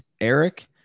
eric